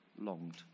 longed